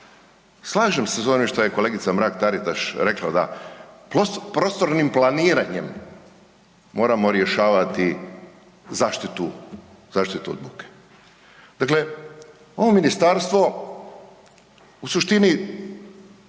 slažem s ovim što je kolegica Mrak Taritaš rekla da prostornim planiranjem moramo rješavati zaštitu, zaštitu od buke. Dakle, ovo ministarstvo u suštini,